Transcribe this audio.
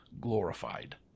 glorified